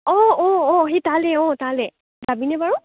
অ অ অ সেই তালৈ অ তালৈ যাবিনে বাৰু